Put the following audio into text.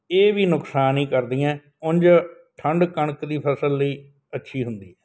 ਇਹ ਵੀ ਨੁਕਸਾਨ ਹੀ ਕਰਦੀਆਂ ਉਝ ਠੰਡ ਕਣਕ ਦੀ ਫ਼ਸਲ ਲਈ ਅੱਛੀ ਹੁੰਦੀ ਹੈ